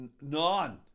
none